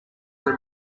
are